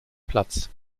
platz